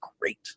great